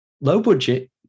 low-budget